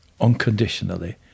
unconditionally